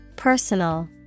personal